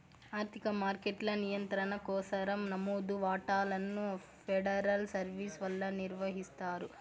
ఆర్థిక మార్కెట్ల నియంత్రణ కోసరం నమోదు వాటాలను ఫెడరల్ సర్వీస్ వల్ల నిర్వహిస్తారు